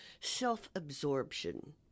self-absorption